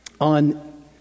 on